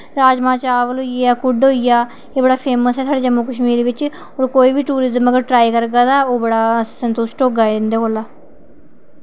राजमां चावल होइया कुड्ड होइया एह् बड़ा फेमस ऐ साढ़े जम्मू कशमीर बिच ते अगर कोई बी टूरीजम टआई करगा तां ओह् बड़ा खुश होगा इंदे कोला